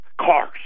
cars